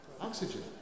Oxygen